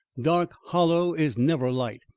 dark hollow is never light,